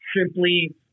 simply